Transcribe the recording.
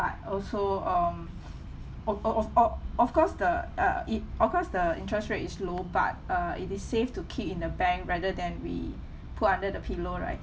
but also um o~ of of of of course the uh it of course the interest rate is low but uh it is safe to keep in the bank rather than we put under the pillow right